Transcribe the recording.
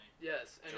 Yes